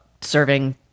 serving